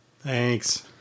Thanks